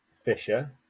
Fisher